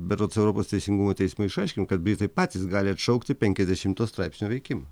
berods europos teisingumo teismo išaiškint kad britai patys gali atšaukti penkiasdešimto straipsnio veikimą